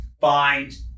find